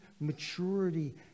maturity